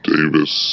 Davis